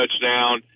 touchdown